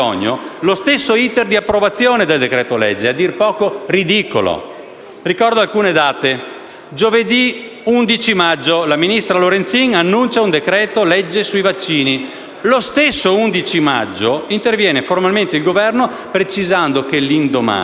lo stesso 11 maggio interviene formalmente il Governo precisando che l'indomani non ci sarebbe stato alcun decreto-legge sui vaccini all'ordine del giorno del Consiglio dei ministri. Venerdì 12 maggio il Consiglio dei ministri esamina una bozza del decreto-legge.